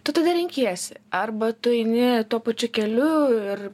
tu tada renkiesi arba tu eini tuo pačiu keliu ir